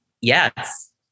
Yes